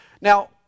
Now